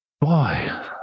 boy